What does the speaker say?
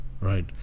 right